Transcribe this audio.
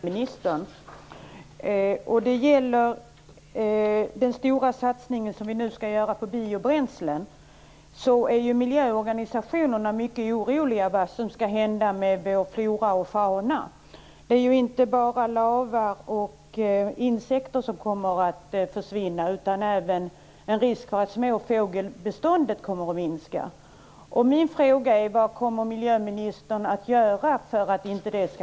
Fru talman! Jag har också en fråga till miljöministern. Det gäller den stora satsning som vi nu skall göra på biobränslen. Miljöorganisationerna är mycket oroliga för vad som skall hända med vår flora och fauna. Det är inte bara lavar och insekter som kommer att försvinna, utan det finns även en risk för att småfågelbeståndet kommer att minska.